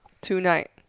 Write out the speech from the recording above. Tonight